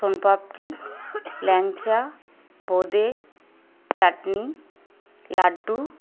sonpapdi langcha bonde chutney laddu